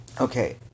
Okay